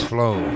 Flow